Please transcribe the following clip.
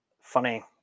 funny